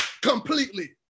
completely